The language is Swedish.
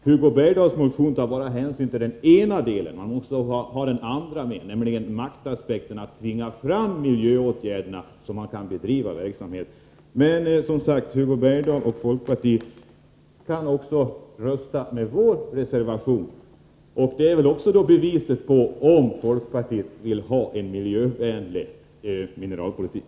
Hugo Bergdahls motion tar hänsyn till bara den ena delen. Man måste också ha den andra med, nämligen maktaspekten. Man måste tvinga fram miljöåtgärder, så att verksamhet kan bedrivas på ett miljövänligt sätt. Men som sagt: Hugo Bergdahl och folkpartiet kan också rösta med vår reservation, och då är det bevis på att folkpartiet vill ha en miljövänlig mineralpolitik.